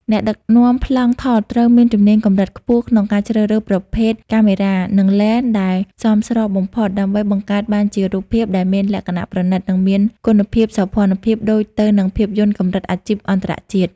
អ្នកដឹកនាំប្លង់ថតត្រូវមានជំនាញកម្រិតខ្ពស់ក្នុងការជ្រើសរើសប្រភេទកាមេរ៉ា និងឡេនដែលសមស្របបំផុត ដើម្បីបង្កើតបានជារូបភាពដែលមានលក្ខណៈប្រណីត និងមានគុណភាពសោភ័ណភាពដូចទៅនឹងភាពយន្តកម្រិតអាជីពអន្តរជាតិ។